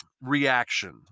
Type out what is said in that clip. reaction